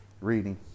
reading